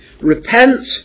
Repent